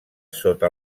sota